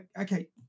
okay